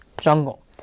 jungle